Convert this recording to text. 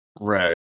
Right